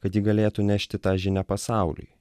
kad ji galėtų nešti tą žinią pasauliui